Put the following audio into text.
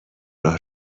راه